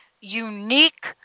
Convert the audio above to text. unique